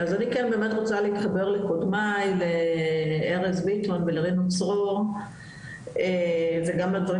אז אני כן באמת רוצה להתחבר לקודמיי לארז ביטון ולרינו צרור וגם לדברים